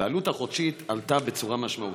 והעלות החודשית עלתה בצורה משמעותית.